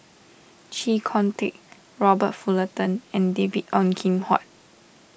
Chee Kong Tet Robert Fullerton and David Ong Kim Huat